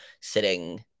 sitting